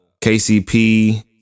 KCP